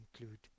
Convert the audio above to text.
include